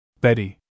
Betty